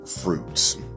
fruits